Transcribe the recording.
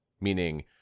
meaning